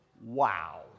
wow